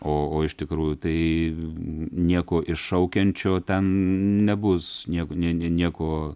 o iš tikrųjų tai nieko iššaukiančio ten nebus nieko ne nie nieko